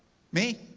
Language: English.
me?